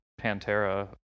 Pantera